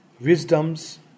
Wisdom's